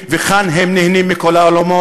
כאן הם מקבלים כספים וכאן הם נהנים מכל העולמות,